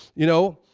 you know,